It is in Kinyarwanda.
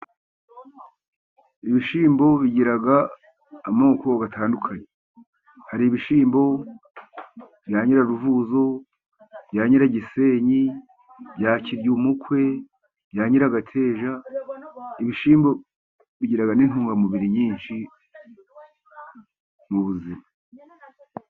Ibishyimbo bigira amoko atandukanye. Hari ibishyimbo bya nyiraruvuzo, bya nyiragisenyi, bya kiryumukwe, bya nyiragateja, ibishyimbo bigira n'intungamubiri nyinshi mu buzima.